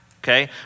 Okay